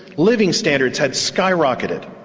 living standards had skyrocketed.